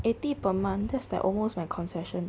eighty per month that's like almost my concession